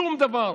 שום דבר.